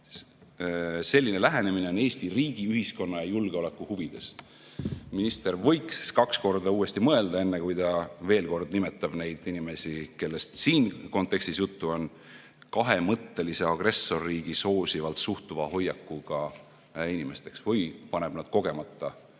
Selline lähenemine on Eesti riigi, ühiskonna ja julgeoleku huvides." Minister võiks kaks korda uuesti mõelda, enne kui ta veel kord nimetab neid inimesi, kellest siin kontekstis juttu on, kahemõttelise, agressorriiki soosivalt suhtuva hoiakuga inimesteks või paneb nad kogemata